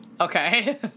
Okay